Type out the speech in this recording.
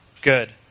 good